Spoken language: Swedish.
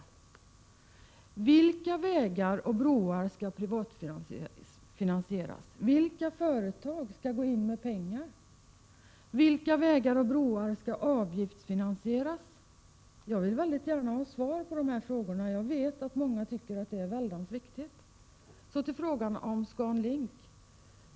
Vilka vägar och broar skall privatfinansieras? Vilka företag skall gå in med pengar? Vilka vägar och broar skall avgiftsfinansieras? Jag vill gärna ha svar på de här frågorna. Jag vet att många tycker att de är väldigt viktiga. Så till frågan om ScanLink.